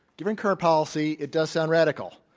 given current policy, it does sound radical.